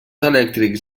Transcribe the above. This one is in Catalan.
elèctrics